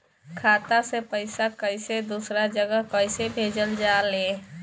खाता से पैसा कैसे दूसरा जगह कैसे भेजल जा ले?